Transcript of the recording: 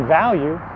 value